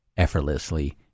effortlessly